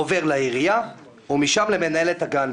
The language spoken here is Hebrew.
עובר לעירייה ומשם למנהלת הגן.